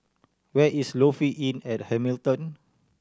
where is Lofi Inn at Hamilton